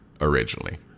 originally